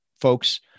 folks